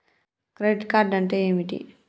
Credit card అంటే ఏమిటి?